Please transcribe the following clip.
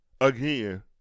again